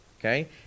Okay